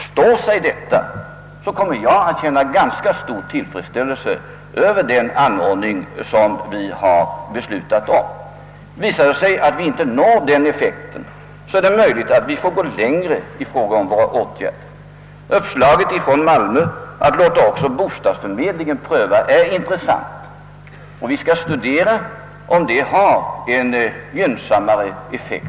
Står sig denna tendens kommer jag att känna ganska stor tillfredsställelse över den anordning som vi beslutat om. Visar det sig däremot att vi inte når de önskade resultaten är det möjligt att vi får vidtaga längre gående åtgärder. Uppslaget från Malmö att låta också bostadsförmedlingen göra en prövning är intressant, och vi skall studera om det kan ha en gynnsam effekt.